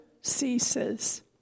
ceases